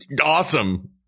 awesome